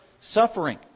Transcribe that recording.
suffering